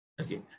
okay